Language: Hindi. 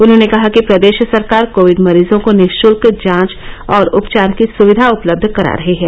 उन्होंने कहा कि प्रदेश सरकार कोविड मरीजों को निःशल्क जांच और उपचार की सुविधा उपलब्ध करा रही है